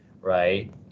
right